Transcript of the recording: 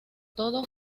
todo